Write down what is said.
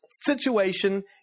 situation